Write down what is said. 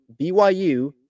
BYU